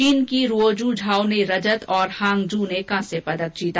चीन की Ruoju Zhao ने रजत और हांग जू ने कांस्य पदक जीता